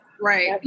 Right